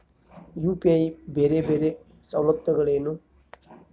UPI ಬೇರೆ ಬೇರೆ ಸವಲತ್ತುಗಳೇನು?